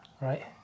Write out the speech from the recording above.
right